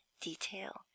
detail